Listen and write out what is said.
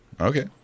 Okay